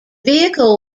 vehicle